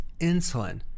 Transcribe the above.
insulin